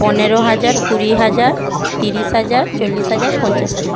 পনেরো হাজার কুড়ি হাজার তিরিশ হাজার চল্লিশ হাজার পঞ্চাশ হাজার